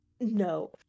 no